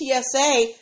TSA